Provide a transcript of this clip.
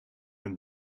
een